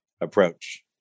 approach